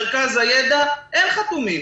מרכז הידע אין חתומים.